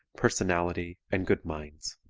personality and good minds.